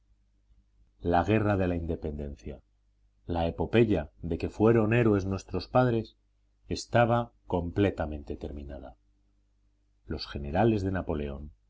la guerra de la independencia la epopeya de que fueron héroes nuestros padres estaba completamente terminada los generales de napoleón